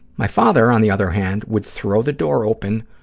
my father, on the other hand, would throw the door open,